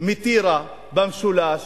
מטירה במשולש